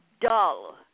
dull